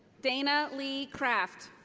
dana leigh kraft.